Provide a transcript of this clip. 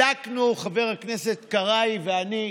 בדקנו, חבר הכנסת קרעי ואני,